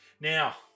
Now